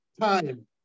time